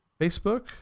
Facebook